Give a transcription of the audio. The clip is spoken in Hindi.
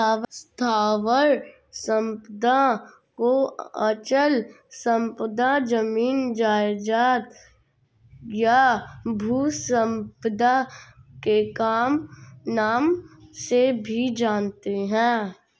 स्थावर संपदा को अचल संपदा, जमीन जायजाद, या भू संपदा के नाम से भी जानते हैं